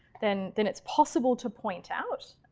then then it's possible to point out.